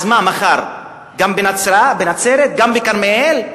אז מה, מחר גם בנצרת, גם בכרמיאל,